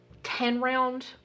ten-round